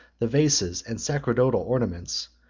the vases and sacerdotal ornaments,